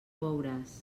veuràs